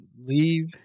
leave